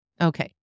Okay